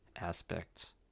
aspects